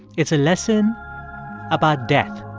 it's a lesson about death